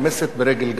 רומסת ברגל גסה.